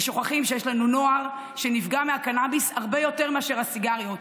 ושוכחים שיש לנו נוער שנפגע מהקנביס הרבה יותר מאשר הסיגריות.